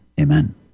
Amen